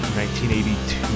1982